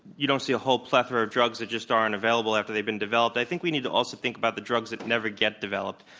you don't see a whole plethora of drugs that just aren't available after they've been developed. i think we need to also think about the drugs that never get developed.